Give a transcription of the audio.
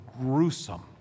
gruesome